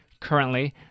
Currently